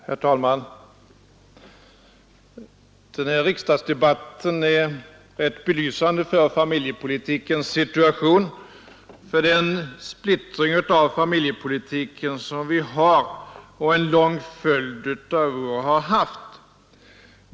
Herr talman! Den här riksdagsdebatten är rätt belysande för familjepolitikens situation, för den splittring av familjepolitiken som vi har och en lång följd av år har haft.